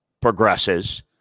progresses